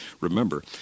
remember